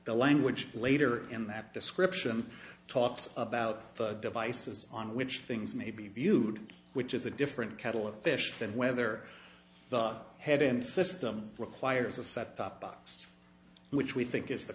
the language later in that description talks about the devices on which things may be viewed which is a different kettle of fish than whether the head end system requires a set top box which we think is the